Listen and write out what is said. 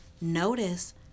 notice